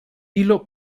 hilo